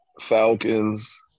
Falcons